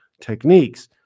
techniques